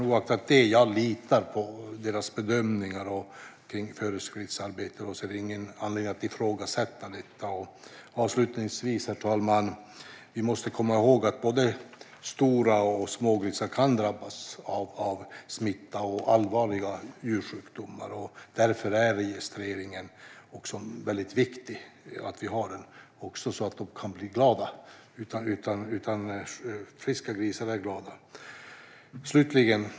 Oaktat detta litar jag på deras bedömningar av föreskriftsarbetet och ser ingen anledning att ifrågasätta detta. Avslutningsvis, herr talman, måste vi komma ihåg att både stora och små grisar kan drabbas av smitta och allvarliga djursjukdomar. Därför är registreringen viktig. Det är viktigt att vi har detta så att grisarna kan bli glada. Friska grisar är glada!